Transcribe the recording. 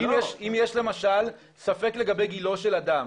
אם יש למשל ספק לגבי גילו של אדם,